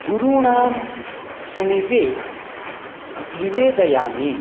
गुरुणां समीपे निवेदयामि